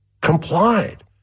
complied